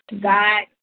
God